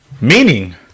Meaning